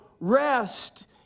rest